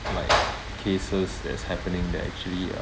like cases that is happening that actually uh